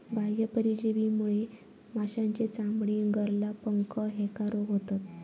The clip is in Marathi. बाह्य परजीवीमुळे माशांची चामडी, गरला, पंख ह्येका रोग होतत